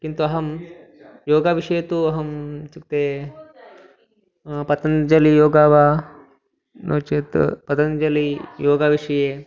किन्तु अहं योगस्य विषये तु अहम् इत्युक्ते पतञ्जलेः योगः वा नो चेत् पतञ्जलैः योगस्य विषये